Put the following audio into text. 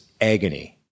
agony